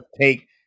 take